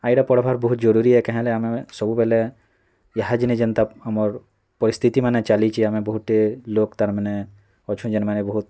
ଆଉ ଏରା ପଢ଼୍ବାର୍ ବହୁତ୍ ଜରୁରୀ ଏ କା ହେଲେ ଆମେ ସବୁବେଲେ ଈହା ଜିନି ଯେନ୍ତା ଆମର ପରିସ୍ଥିତିମାନେ ଚାଲିଛି ଆମେ ବହୁଟେ ଲୋକ୍ ତା'ର୍ ମାନେ ଅଛୁ ଯେନ୍ମାନେ ବହୁତ୍